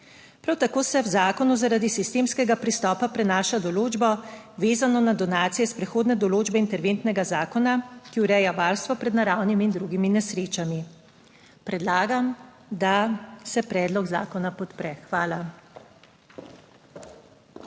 Prav tako se v zakonu zaradi sistemskega pristopa prenaša določbo, vezano na donacije iz prehodne določbe interventnega zakona, ki ureja varstvo pred naravnimi in drugimi nesrečami. Predlagam, da se predlog zakona podpre. Hvala.